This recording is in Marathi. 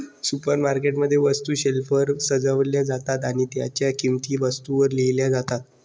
सुपरमार्केट मध्ये, वस्तू शेल्फवर सजवल्या जातात आणि त्यांच्या किंमती वस्तूंवर लिहिल्या जातात